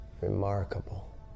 Remarkable